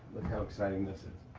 how exciting this is.